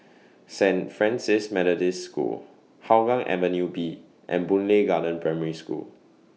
Saint Francis Methodist School Hougang Avenue B and Boon Lay Garden Primary School